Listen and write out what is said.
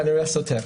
כנראה מידע סותר.